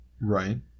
right